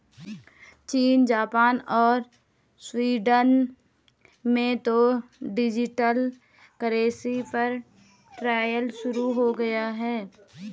चीन, जापान और स्वीडन में तो डिजिटल करेंसी पर ट्रायल शुरू हो गया है